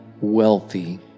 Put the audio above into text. wealthy